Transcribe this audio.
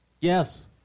Yes